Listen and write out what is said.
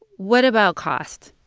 what about cost?